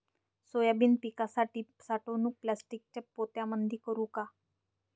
Soybean पिकाची साठवणूक प्लास्टिकच्या पोत्यामंदी करू का?